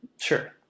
Sure